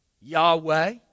Yahweh